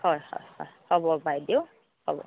হয় হয় হ'ব বাইদেউ হ'ব